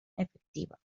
efectiva